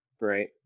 Right